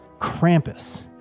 Krampus